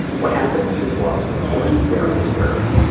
what happened to me was of course very disturbing,